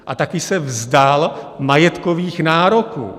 A taky se vzdal majetkových nároků.